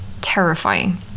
terrifying